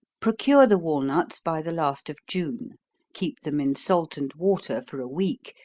procure the walnuts by the last of june keep them in salt and water for a week,